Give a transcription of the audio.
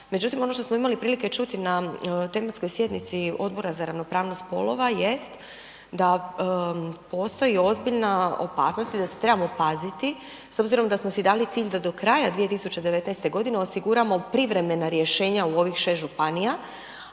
međutim, ono što smo imali prilike čuti na tematskoj sjednici Odbora za ravnopravnost spolova jest da postoji ozbiljna opasnost i da se trebamo paziti s obzirom da smo si dali cilj da do kraja 2019. g. osiguramo privremena rješenja u ovih 6 županija,